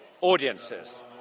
audiences